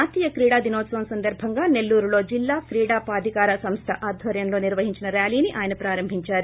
జాతీయ క్రీడాదినోత్సవం సందర్బంగా నెల్లూరులో జిల్లా క్రీడాప్రాదికారి సంస్థ ఆధ్వర్యంలో నిర్వహించిన ర్యాలీని ఆయన ప్రారంభించారు